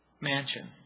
mansion